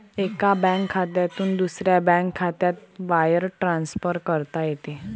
एका बँक खात्यातून दुसऱ्या बँक खात्यात वायर ट्रान्सफर करता येते